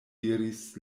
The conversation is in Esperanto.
diris